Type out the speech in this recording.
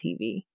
TV